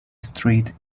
street